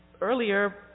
earlier